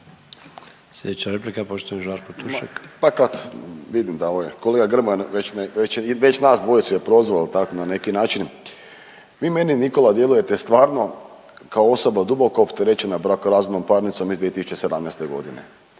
Sljedeća replika poštovani Žarko Tušek. **Tušek, Žarko (HDZ)** Vidim da kolega Grmoja već nas dvojicu je prozvao tako na neki način. Vi meni Nikola djelujete stvarno kao osoba duboko opterećena brakorazvodnom parnicom iz 2017. godine